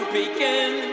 begin